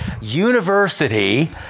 university